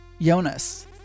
Jonas